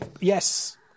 yes